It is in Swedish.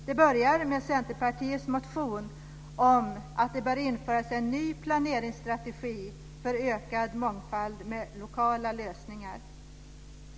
Det börjar med Centerpartiets motion om att det bör införas en ny planeringssstrategi för ökad mångfald med lokala lösningar.